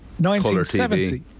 1970